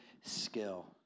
skill